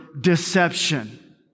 deception